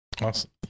Awesome